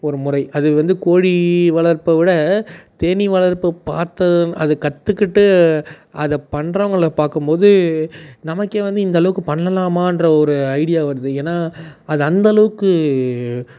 ஒருமுறை அது வந்து கோழி வளர்ப்பை விட தேனீ வளர்ப்புப் பார்த்து அதை கற்றுக்கிட்டு அதைப் பண்ணுறவங்களப் பார்க்கும்போது நமக்கே வந்து இந்த அளவுக்கு பண்ணலாமான்ற ஒரு ஐடியா வருது ஏன்னா அது அந்த அளவுக்கு